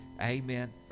Amen